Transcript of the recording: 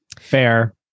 fair